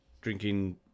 drinking